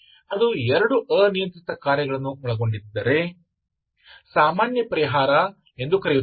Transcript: ಅದು ಎರಡು ಅನಿಯಂತ್ರಿತ ಕಾರ್ಯಗಳನ್ನು ಒಳಗೊಂಡಿದ್ದರೆ ಸಾಮಾನ್ಯ ಪರಿಹಾರ ಎಂದು ಕರೆಯುತ್ತೇವೆ